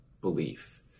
belief